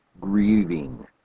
grieving